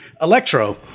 Electro